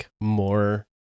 more